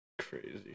Crazy